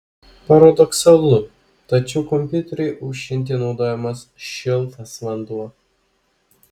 paradoksalu tačiau kompiuteriui aušinti naudojamas šiltas vanduo